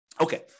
Okay